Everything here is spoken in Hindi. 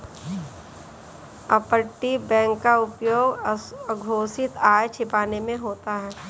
अपतटीय बैंक का उपयोग अघोषित आय छिपाने में होता है